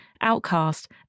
outcast